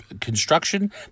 construction